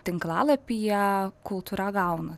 tinklalapyje kultūra gauna